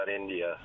India